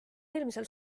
eelmisel